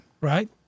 Right